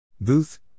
Booth